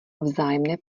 vzájemné